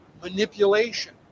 manipulation